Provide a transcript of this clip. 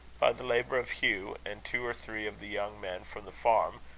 the labour of hugh and two or three of the young men from the farm,